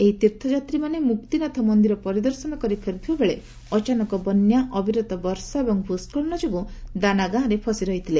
ଏହି ତୀର୍ଥଯାତ୍ରୀମାନେ ମୁକ୍ତିନାଥ ମନ୍ଦିର ପରିଦର୍ଶନ କରି ଫେରୁଥିବାବେଳେ ଅଚାନକ୍ ବନ୍ୟା ଅବିରତ ବର୍ଷା ଏବଂ ଭୂଷ୍କଳନ ଯୋଗୁ ଦାନା ଗାଁରେ ଫସି ରହିଥିଲେ